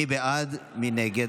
מי בעד, מי נגד?